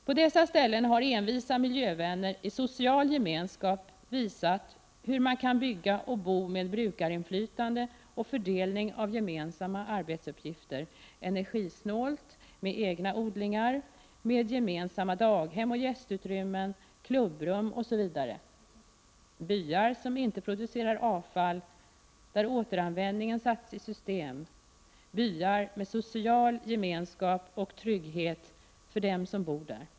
På dessa ställen har envisa miljövänner i social gemenskap visat hur man kan bygga och bo — med brukarinflytande och fördelning av gemensamma arbetsuppgifter — byar som inte producerar avfall, där återanvändningen satts i system — byar med social gemenskap och trygghet för dem som bor där.